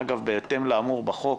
אגב בהתאם לאמור בחוק